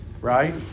right